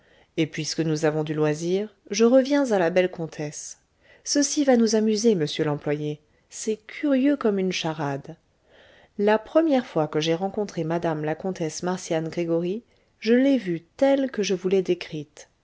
et puisque nous avons du loisir je reviens à la belle comtesse ceci va nous amuser monsieur l'employé c'est curieux comme une charade la première fois que j'ai rencontré mme la comtesse marcian gregoryi je l'ai vue telle que je vous l'ai décrite